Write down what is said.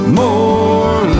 more